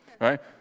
right